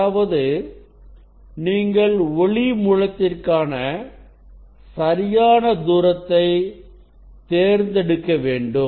அதாவது நீங்கள் ஒளி மூலத்திற்கான சரியான தூரத்தை தேர்ந்தெடுக்க வேண்டும்